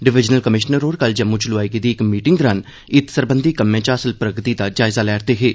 divisional commissioner होर कल जम्मू च लोआई गेदी इक मीटिंग दौरान इत्त सरबंधी कम्में च हासल प्रगति दा जायजा लै'रदे हे